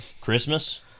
christmas